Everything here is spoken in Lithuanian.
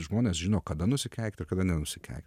žmonės žino kada nusikeikt ir kada nenusikeikt